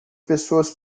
pessoas